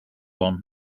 one